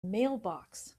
mailbox